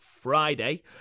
Friday